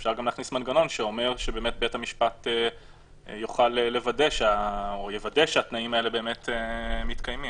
אפשר להכניס מנגנון שאומר שבית המשפט יוודא שהתנאים האלה באמת מתקיימים.